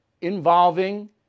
involving